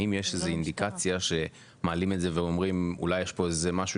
האם יש איזה שהיא אינדיקציה שמעלים את זה ואומרים אולי יש פה איזה משהו